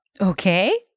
Okay